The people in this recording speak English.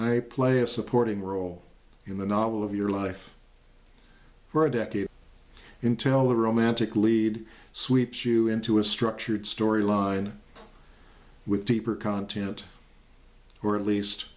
i play a supporting role in the novel of your life for a decade in tell the romantic lead sweeps you into a structured storyline with deeper content or at least